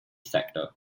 sector